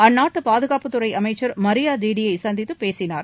அந்நாட்டு பாதுகாப்புத்துறை அமைச்சர் மரியா டிடியை சந்தித்து பேசினார்